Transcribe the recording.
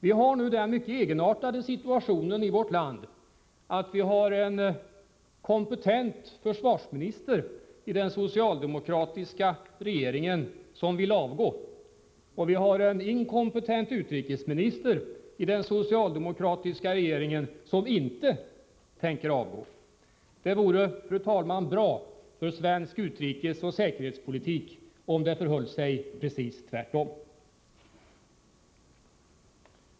Nu har vi den mycket egenartade situationen i vårt land att vi i den socialdemokratiska regeringen har en kompetent försvarsminister som vill avgå och en inkompetent utrikesminister som inte tänker avgå. Det vore, fru talman, bra för svensk utrikesoch säkerhetspolitik om det förhöll sig precis tvärtom.